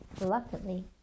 Reluctantly